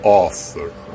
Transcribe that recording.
author